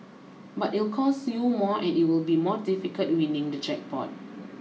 but it'll cost you more and it will be more difficult winning the jackpot